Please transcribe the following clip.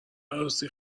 عروسی